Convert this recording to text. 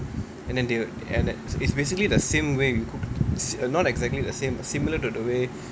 and then they will it's basically the same you cook not exactly the same similar to the way